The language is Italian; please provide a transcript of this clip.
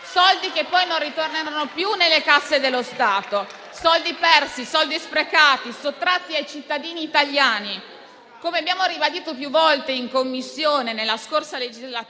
soldi che non ritorneranno più nelle casse dello Stato, soldi persi, sprecati, sottratti ai cittadini italiani, come abbiamo ribadito più volte in Commissione e in Aula